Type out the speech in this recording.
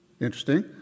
Interesting